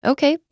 Okay